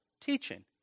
teaching